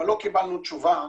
אבל לא קיבלנו תשובה.